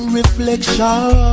reflection